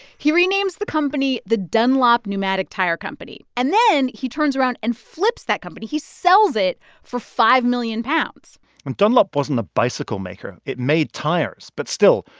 he renames the company the dunlop pneumatic tyre company. and then he turns around and flips that company. he sells it for five million pounds and dunlop wasn't a bicycle-maker. it made tires. but still,